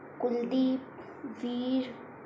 Kuldeep Veer